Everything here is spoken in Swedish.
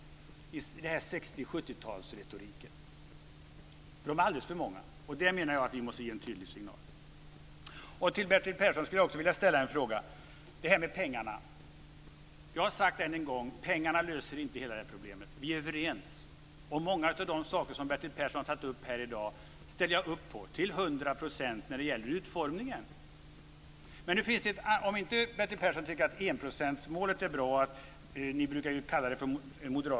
Där menar jag att vi måste ge en tydlig signal. Persson. Det gäller pengar. Jag vill än en gång säga att pengar inte löser hela detta problem. Många av de saker som Bertil Persson tar upp här i dag ställer jag upp på till 100 % när det gäller utformningen. Bertil Persson tycker inte att enprocentsmålet är bra.